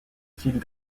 files